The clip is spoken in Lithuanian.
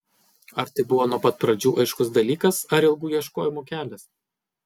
ar tai buvo nuo pat pradžių aiškus dalykas ar ilgų ieškojimų kelias